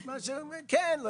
כן.